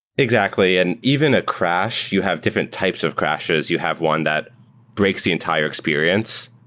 exactly. and even a crash, you have different types of crashes. you have one that breaks the entire experience.